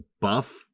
buff